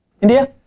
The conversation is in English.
India